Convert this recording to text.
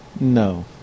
No